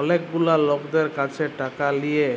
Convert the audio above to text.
অলেক গুলা লকদের ক্যাছে টাকা লিয়ে